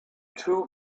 two